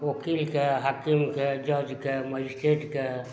ओकीलके हाकिमके जजके मजिस्ट्रेटके